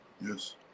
Yes